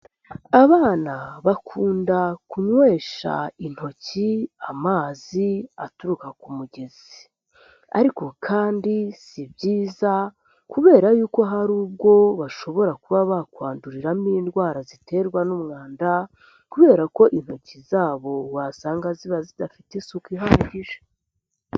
Abana bakunda kunywesha intoki amazi aturuka ku mugezi ariko kandi si byiza kubera yuko hari ubwo bashobora kuba bakwanduriramo indwara ziterwa n'umwanda, kubera ko intoki zabo wasanga ziba zidafite isuku ihagije.